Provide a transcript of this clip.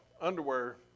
underwear